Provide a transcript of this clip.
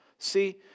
See